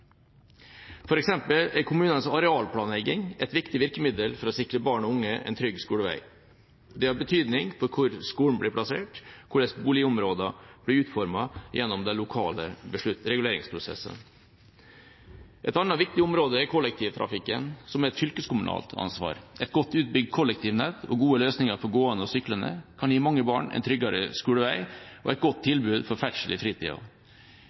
er kommunenes arealplanlegging et viktig virkemiddel for å sikre barn og unge en trygg skolevei. Det har betydning hvor skolen blir plassert og hvordan boligområder blir utformet gjennom de lokale reguleringsprosessene. Et annet viktig område er kollektivtrafikken, som er et fylkeskommunalt ansvar. Et godt utbygd kollektivnett, og gode løsninger for gående og syklende, kan gi mange barn en tryggere skolevei og et godt tilbud for ferdsel i fritida.